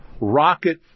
Rocket